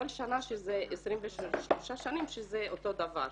שזה 23 שנים אותו דבר,